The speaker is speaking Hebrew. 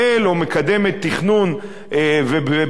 או מקדמת תכנון ובנייה,